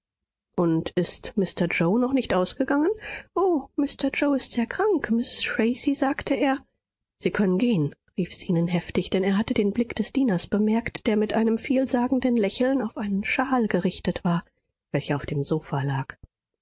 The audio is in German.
und ist mr yoe noch nicht ausgegangen o mr yoe ist sehr krank mrs tracy sagte er sie können gehen rief zenon heftig denn er hatte den blick des dieners bemerkt der mit einem vielsagenden lächeln auf einen schal gerichtet war welcher auf dem sofa lag